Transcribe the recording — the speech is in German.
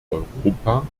europa